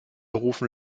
rufen